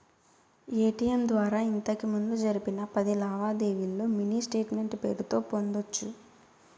ATM ద్వారా ఇంతకిముందు జరిపిన పది లావాదేవీల్లో మినీ స్టేట్మెంటు పేరుతో పొందొచ్చు